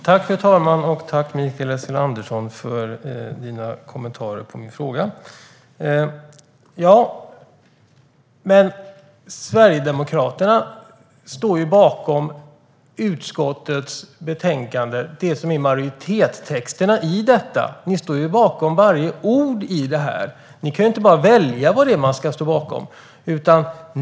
Fru talman! Tack, Mikael Eskilandersson, för dina kommentarer på min fråga. Sverigedemokraterna står bakom majoritetstexten, varje ord, i utskottets betänkande. Ni kan inte bara välja vad ni ska stå bakom.